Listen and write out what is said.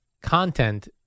content